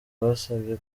basabye